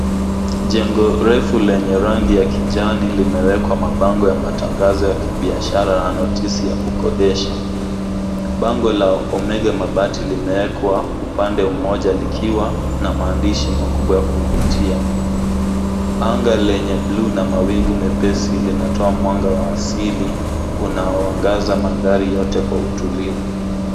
Jengo refu lenye rangi ya kijani limewekwa mabango ya matangazo ya kibiashara na notisi ya kukodesha. Bango la Omega Mabati limewekwa upande mmoja likiwa na maandishi makubwa ya kuvutia. Anga lenye blue na mawingu mepesi linatoa mwanga wa asili unaoangaza mandhari yote kwa utulivu.